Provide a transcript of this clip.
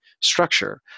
Structure